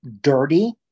dirty